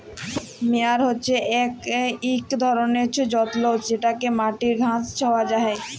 মেয়ার হছে ইক রকমের যল্তর যেটতে মাটির ঘাঁস ছাঁটা হ্যয়